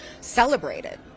celebrated